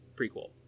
prequel